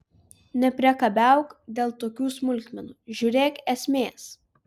nepriekabiauk dėl tokių smulkmenų žiūrėk esmės